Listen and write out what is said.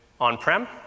on-prem